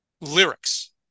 lyrics